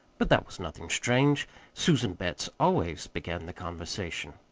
but that was nothing strange susan betts always began the conversation.